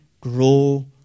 grow